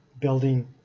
building